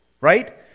right